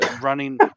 running